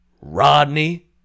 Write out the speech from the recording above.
Rodney